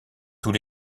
tous